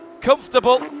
Comfortable